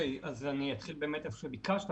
אני אתחיל במה ששאלת,